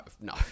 no